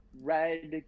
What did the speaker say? red